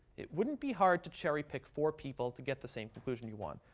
it wouldn't be hard to cherry pick four people to get the same conclusion you want.